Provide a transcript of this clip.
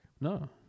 no